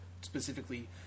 specifically